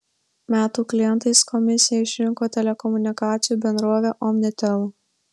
metų klientais komisija išrinko telekomunikacijų bendrovę omnitel